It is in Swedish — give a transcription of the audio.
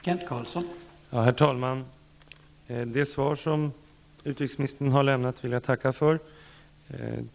Herr talman! Det svar som utrikesministern har lämnat vill jag tacka för.